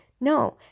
No